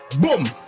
boom